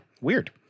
weird